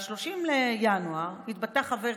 ב-30 בינואר התבטא חבר כנסת,